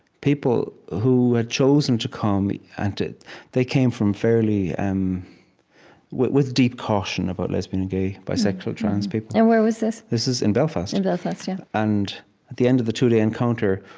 people who had chosen to come and to they came from fairly um with deep caution about lesbian, gay, bisexual, trans people and where was this? this was in belfast. and at yeah and the end of the two-day encounter,